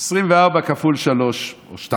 24 כפול 3 או 2